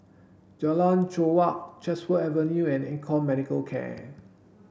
Jalan Chorak Chatsworth Avenue and Econ Medicare Can